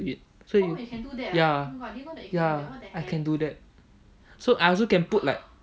you so you ya ya I can do that so I also can put like